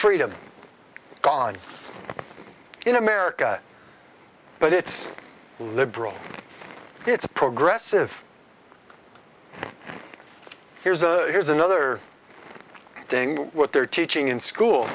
freedom god in america but it's liberal it's progressive here's a here's another thing what they're teaching in